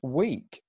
week